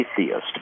atheist